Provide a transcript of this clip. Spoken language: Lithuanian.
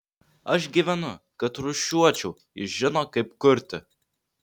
aš gyvenu kad rūšiuočiau jis žino kaip kurti